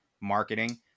marketing